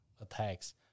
attacks